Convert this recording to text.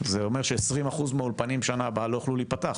זה אומר ש- 20% מהאולפנים בשנה הבאה לא יוכלו להיפתח.